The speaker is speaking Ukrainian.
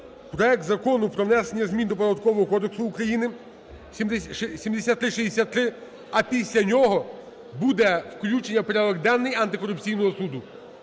проект Закону про внесення змін до Податкового кодексу України (7363), а після нього буде включення в порядок денний Антикорупційного суду.